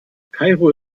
kairo